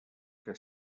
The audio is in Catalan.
que